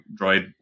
droid